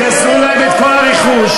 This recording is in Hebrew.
גזלו להם את כל הרכוש.